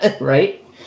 Right